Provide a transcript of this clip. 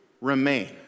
remain